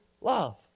love